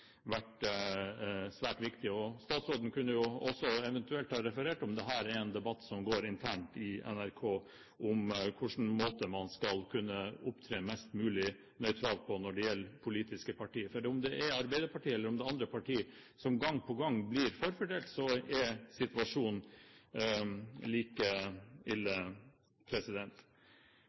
være svært viktig. Statsråden kunne eventuelt også hørt om dette er en debatt som går internt i NRK, altså på hvilken måte man skal kunne opptre mest mulig nøytralt når det gjelder politiske partier. For om det er Arbeiderpartiet eller om det er andre partier som gang på gang blir forfordelt, så er situasjonen like ille.